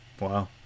Wow